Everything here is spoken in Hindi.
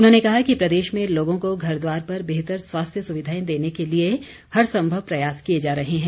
उन्होंने कहा कि प्रदेश में लोगों को घर द्वार पर बेहतर स्वास्थ्य सुविधाएं देने के लिए हर सम्भव प्रयास किए जा रहे हैं